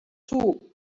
too